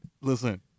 Listen